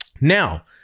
Now